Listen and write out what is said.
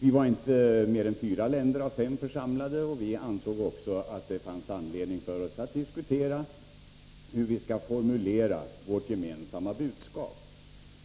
Vi var inte mer än representanter för fyra länder av fem församlade, och vi ansåg också att det fanns anledning för oss att diskutera hur vi skulle formulera vårt gemensamma budskap.